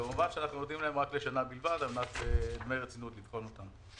כמובן שאנחנו נותנים להם רק לשנה בלבד על-מנת דמי רצינות לבחון אותם.